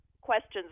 questions